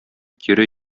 кире